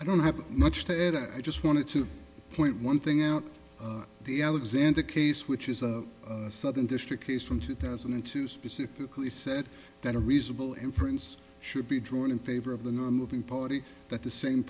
i don't have much to add i just wanted to point one thing out of the alexander case which is a southern district case from two thousand and two specifically said that a reasonable inference should be drawn in favor of the non moving party that the same